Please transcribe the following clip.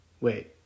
wait